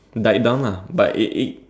died down lah but it it